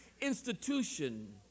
institution